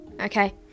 okay